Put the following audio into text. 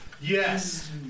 Yes